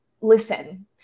listen